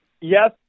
Yes